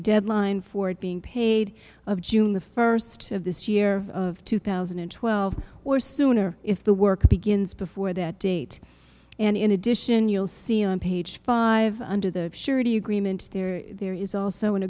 a deadline for it being paid of june the first of this year of two thousand and twelve or sooner if the work begins before that date and in addition you'll see on page five under the surety agreement there is also an